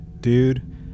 dude